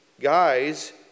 guys